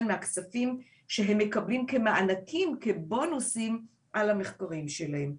הכספים שהם מקבלים כמענקים וכבונוסים על המחקרים שלהם.